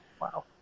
Wow